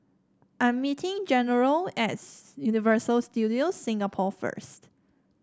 I'm meeting General at Universal Studios Singapore first